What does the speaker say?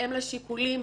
בהתאם לשיקולים,